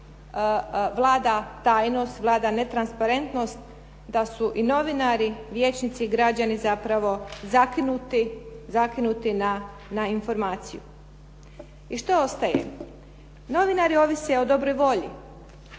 vlada tajnost, vlada netransparentnost da su i novinari, vijećnici i građani zapravo zakinuti na informaciju. I što ostaje? Novinari ovise o dobroj volji,